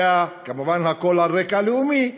כמובן שהכול על רקע לאומי.